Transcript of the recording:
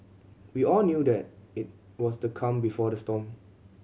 we all knew that it was the calm before the storm